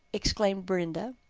exclaimed brenda,